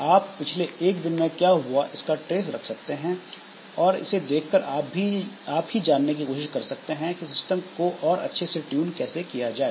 आप पिछले 1 दिन में क्या हुआ इसका ट्रेस रख सकते हैं और इसे देखकर आप ही जानने की कोशिश कर सकते हैं कि सिस्टम को और अच्छे से ट्यून कैसे किया जाए